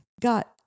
got